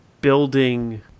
building